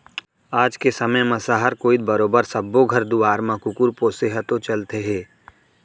आज के समे म सहर कोइत बरोबर सब्बो घर दुवार म कुकुर पोसे ह तो चलते हे